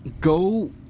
go